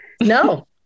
No